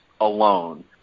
alone